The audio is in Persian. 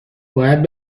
باید